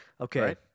Okay